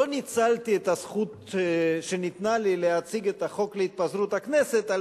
לא ניצלתי את הזכות שניתנה לי להציג את החוק להתפזרות הכנסת על